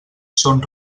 són